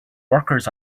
workers